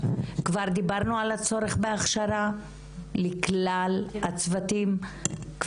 גם לשלב הכשרות לעובדי ההוראה הקיימים וגם